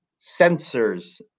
sensors